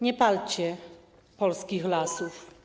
Nie palcie polskich lasów.